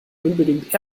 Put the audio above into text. unbedingt